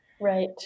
Right